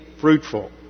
fruitful